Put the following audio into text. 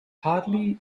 hardly